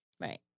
Right